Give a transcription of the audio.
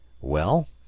Well